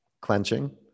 clenching